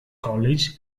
college